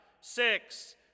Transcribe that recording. six